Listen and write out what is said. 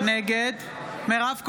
נגד מירב כהן,